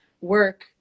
work